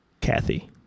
kathy